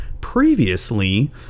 previously